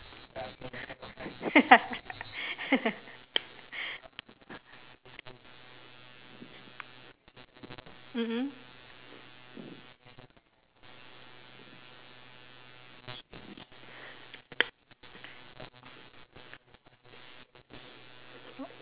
mmhmm